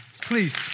please